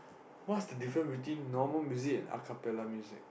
what's the different between normal music and acapella music